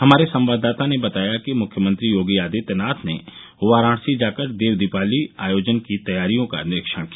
हमारे संवाददाता ने बताया कि मुख्यमंत्री योगी आदित्यनाथ ने वाराणसी जाकर देव दीपावली आयोजन की तैयारियों का निरीक्षण किया